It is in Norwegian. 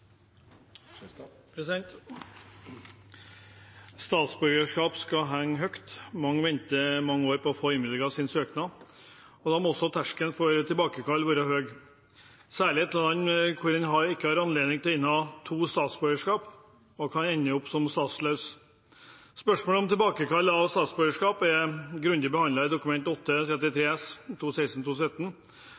Statsborgerskap skal henge høyt. Mange venter mange år på å få innvilget sin søknad. Da må også terskelen for tilbakekall være høy, særlig i et land hvor en ikke har anledning til å inneha to statsborgerskap og kan ende opp som statsløs. Spørsmålet om tilbakekall av statsborgerskap er grundig behandlet i Dokument 8:33 S